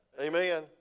Amen